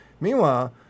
Meanwhile